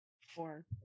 Four